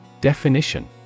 Definition